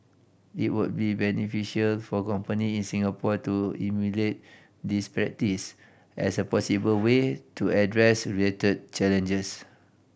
it would be beneficial for companies in Singapore to emulate this practice as a possible way to address related challenges